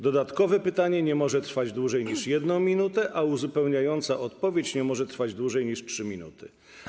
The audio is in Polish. Dodatkowe pytanie nie może trwać dłużej niż 1 minutę, a uzupełniająca odpowiedź nie może trwać dłużej niż 3 minuty.